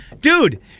Dude